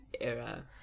era